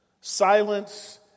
silence